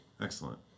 Excellent